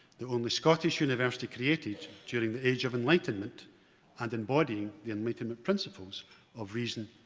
the only scottish university created during the age of enlightenment and embodying the enlightenment principles of reason,